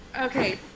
Okay